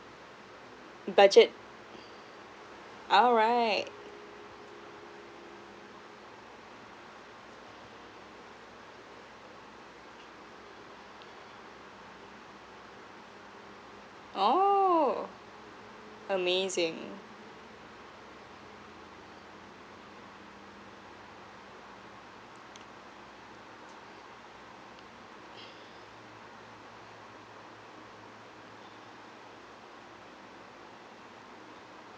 budget all right oh amazing